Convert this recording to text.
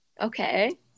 Okay